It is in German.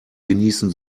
genießen